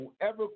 whoever